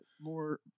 more